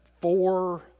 four